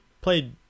played